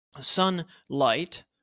sunlight